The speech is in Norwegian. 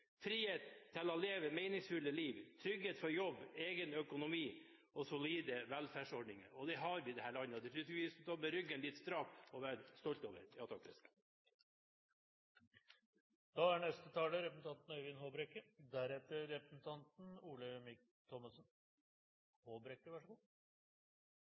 frihet og trygghet, frihet til å leve meningsfulle liv, trygghet for jobb, egen økonomi og solide velferdsordninger. Det har vi i dette landet, og det burde vi stå litt strake i ryggen og være stolt over. Jeg tar ordet en til gang i debatten for å kommentere forslag nr. 1, som er